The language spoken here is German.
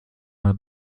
mal